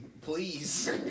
Please